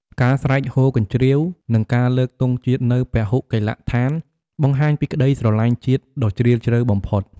ការស្រែកហ៊ោកញ្ជ្រៀវ និងការលើកទង់ជាតិនៅពហុកីឡដ្ឋាន បង្ហាញពីក្តីស្រលាញ់ជាតិដ៏ជ្រាលជ្រៅបំផុត។